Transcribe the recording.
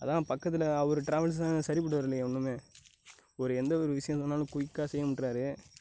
அதுதான் பக்கத்தில் அவர் டிராவல்ஸுதான் சரிப்பட்டு வரலையே ஒன்றுமே ஓரு எந்தவொரு விஷயோம் சொன்னாலும் குயிக்கா செய்ய மாட்றார்